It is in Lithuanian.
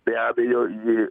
be abejo ji